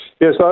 Yes